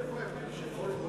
ההסתייגות לא